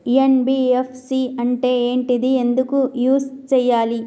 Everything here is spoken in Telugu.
ఎన్.బి.ఎఫ్.సి అంటే ఏంటిది ఎందుకు యూజ్ చేయాలి?